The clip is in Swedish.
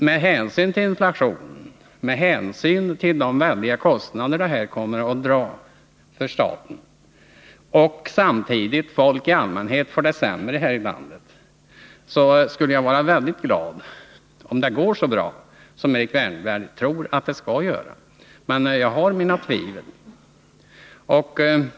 Med hänsyn till inflationen och till de väldiga kostnader för staten som detta kommer att medföra och med tanke på det faktum att folk i allmänhet får det sämre här i landet skulle jag vara väldigt glad om det går så bra som Erik Wärnberg tror, men jag har mina tvivel.